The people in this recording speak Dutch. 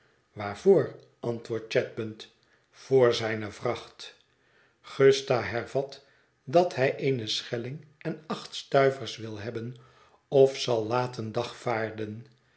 waarvoor antwoordt chadband voor zijne vracht gusta hervat dat hij een schelling en acht stuivers wil hebben of zal laten dagvaarden